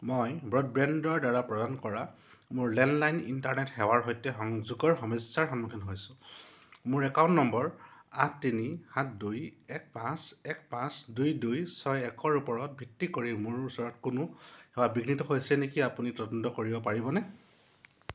মই ব্ৰডবেণ্ডৰদ্বাৰা প্ৰদান কৰা মোৰ লেণ্ডলাইন ইণ্টাৰনেট সেৱাৰ সৈতে সংযোগৰ সমস্যাৰ সন্মুখীন হৈছোঁ মোৰ একাউণ্ট নম্বৰ আঠ তিনি সাত দুই এক পাঁচ এক পাঁচ দুই দুই ছয় একৰ ওপৰত ভিত্তি কৰি মোৰ ওচৰত কোনো সেৱা বিঘ্নিত হৈছে নেকি আপুনি তদন্ত কৰিব পাৰিবনে